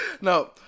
No